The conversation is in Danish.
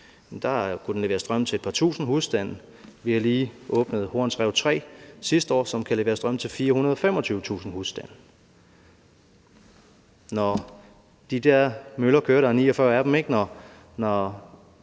kunne den levere strøm til et par tusind husstande. Vi har lige åbnet Horns Rev 3 sidste år, som kan levere strøm til 425.000 husstande. De der møller kører der 49 af, ikke?